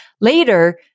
later